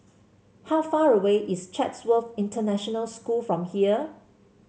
how far away is Chatsworth International School from here